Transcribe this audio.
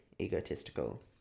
egotistical